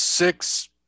Six